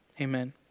Amen